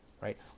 right